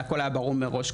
זה הכול היה ברור מראש,